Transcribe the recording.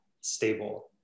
stable